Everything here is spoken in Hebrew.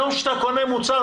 היום כשאתה קונה מוצר,